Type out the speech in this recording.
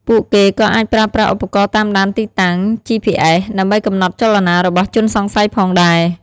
ពួកគេក៏អាចប្រើប្រាស់ឧបករណ៍តាមដានទីតាំង ជីភីអេស ដើម្បីកំណត់ចលនារបស់ជនសង្ស័យផងដែរ។